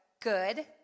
good